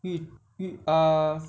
yu~ yu~ err